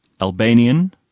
Albanian